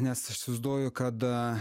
nes aš įsivaizduoju kad